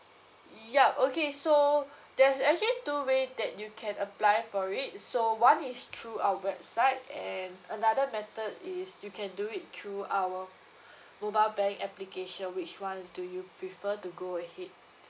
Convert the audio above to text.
yup okay so there's actually two way that you can apply for it so one is through our website and another method is you can do it through our mobile bank application which one do you prefer to go ahead